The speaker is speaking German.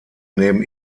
neben